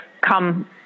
come